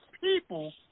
people